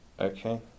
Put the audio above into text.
Okay